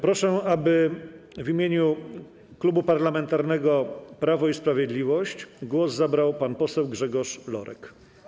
Proszę, aby w imieniu Klubu Parlamentarnego Prawo i Sprawiedliwość głos zabrał pan poseł Grzegorz Lorek.